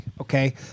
Okay